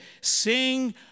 Sing